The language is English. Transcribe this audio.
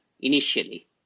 initially